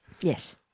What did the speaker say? Yes